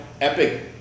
epic